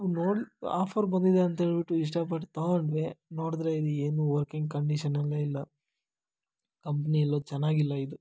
ನೋಡಿ ಆಫರ್ ಬಂದಿದೆ ಅಂಥೇಳ್ಬಿಟ್ಟು ಇಷ್ಟ ಪಟ್ಟು ತಗೊಂಡ್ವಿ ನೋಡಿದ್ರೆ ಇದು ಏನೂ ವರ್ಕಿಂಗ್ ಕಂಡೀಷನಲ್ಲೇ ಇಲ್ಲ ಕಂಪ್ನಿ ಎಲ್ಲೋ ಚೆನ್ನಾಗಿಲ್ಲ ಇದು